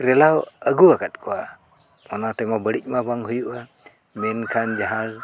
ᱨᱮᱞᱟᱣ ᱟᱹᱜᱩ ᱟᱠᱟᱫ ᱠᱚᱣᱟ ᱚᱱᱟᱛᱮᱢᱟ ᱵᱟᱹᱲᱤᱡ ᱢᱟ ᱵᱟᱝ ᱦᱩᱭᱩᱜᱼᱟ ᱢᱮᱱᱠᱷᱟᱱ ᱡᱟᱦᱟᱸ